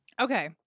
Okay